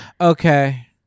Okay